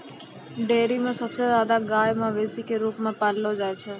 dairy म सबसे जादा गाय मवेशी क रूप म पाललो जाय छै